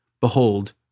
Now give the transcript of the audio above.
behold